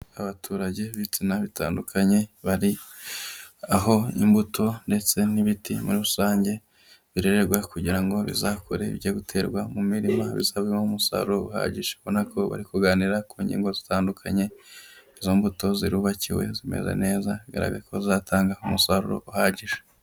Abaturage b'ibitsina bitandukanye bari, aho imbuto ndetse n'ibiti muri rusange birererwa kugira ngo bizakure ibyoterwa mu mirima bizavemo umusaruro uhagije, ubona ko bari kuganira ku ngingo zitandukanye, izo mbuto zirubakiwe zimeze neza, bigaragara ko zizatanga umusaruro uhagije.